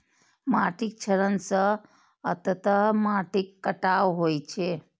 माटिक क्षरण सं अंततः माटिक कटाव होइ छै